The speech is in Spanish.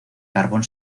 carbón